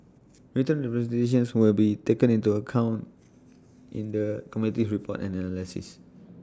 written representations will be taken into account in the committee's report and analysis